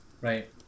right